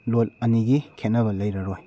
ꯂꯣꯟ ꯑꯅꯤꯒꯤ ꯈꯦꯠꯅꯕ ꯂꯩꯔꯔꯣꯏ